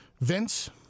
Vince